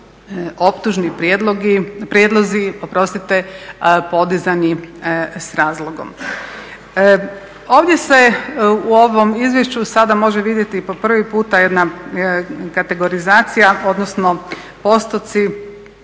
optužni prijedlozi podizani s razlogom. Ovdje se u ovom izvješću sada može vidjeti po prvi puta jedna kategorizacija odnosno postoci